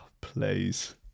please